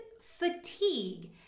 fatigue